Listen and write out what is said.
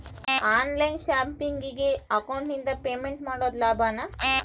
On line ಶಾಪಿಂಗಿಗೆ ಅಕೌಂಟಿಂದ payment ಮಾಡೋದು ಲಾಭಾನ?